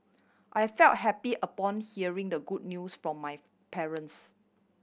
I felt happy upon hearing the good news from my parents